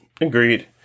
agreed